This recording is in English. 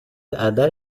other